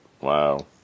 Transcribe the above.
Wow